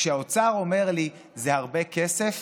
כשהאוצר אומר לי: זה הרבה כסף,